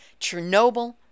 Chernobyl